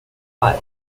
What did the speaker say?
five